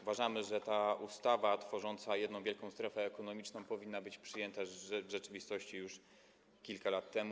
Uważamy, że ta ustawa tworząca jedną wielką strefę ekonomiczną powinna być przyjęta w rzeczywistości już kilka lat temu.